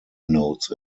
notes